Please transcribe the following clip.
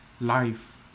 life